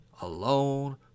alone